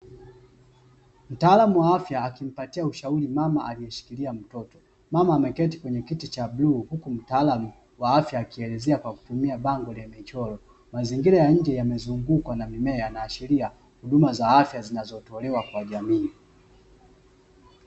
Mtaalamu wa afya akimpatia ushauri mama alieshikilia mtoto ,mama ameketi kwenye kiti cha bluu huku mtaalamu wa afya akielezea kwa kutumia bango lenye michoro, mazingira ya nje yamezungukwa na mimea yanaashiria huduma za afya zinazotolewa kwa jamii.